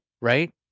right